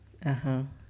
ah !huh!